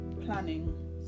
planning